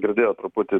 girdėjau truputį